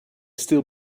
still